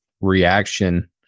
reaction